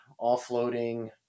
offloading